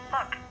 Look